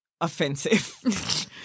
offensive